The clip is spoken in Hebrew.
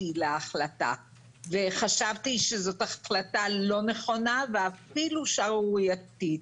להחלטה וחשבתי שזו החלטה לא נכונה ואפילו שערורייתית,